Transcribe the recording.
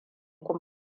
kun